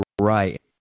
Right